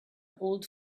old